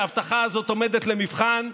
כשההבטחה הזאת עומדת למבחן,